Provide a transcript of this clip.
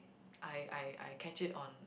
I I I catch it on